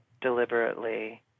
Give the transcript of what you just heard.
deliberately